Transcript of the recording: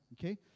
okay